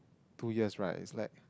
two years right is like